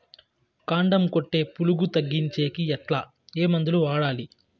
కాండం కొట్టే పులుగు తగ్గించేకి ఎట్లా? ఏ మందులు వాడాలి?